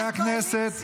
חברי הכנסת,